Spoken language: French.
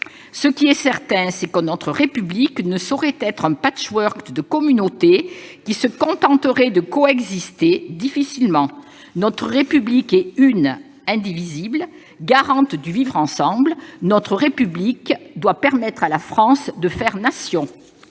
Ce qui est certain, c'est que notre République ne saurait être un de communautés qui se contenteraient de coexister, difficilement. Notre République est une, indivisible, garante du vivre ensemble : elle doit permettre à la France de faire Nation